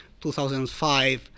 2005